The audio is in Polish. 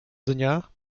dnia